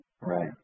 right